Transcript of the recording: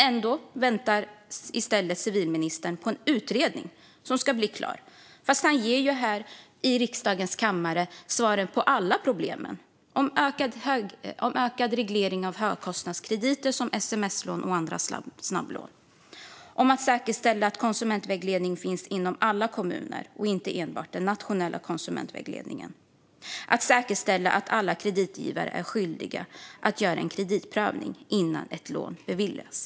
Ändå väntar i stället civilministern på en utredning som ska bli klar, fastän han här i riksdagens kammare ger svaren på alla problemen. Det handlar om ökad reglering av högkostnadskrediter som sms-lån och andra snabblån. Det handlar om att säkerställa att konsumentvägledning finns i alla kommuner och inte enbart den nationella konsumentvägledningen. Det handlar om att säkerställa att alla kreditgivare är skyldiga att göra en kreditprövning innan ett lån beviljas.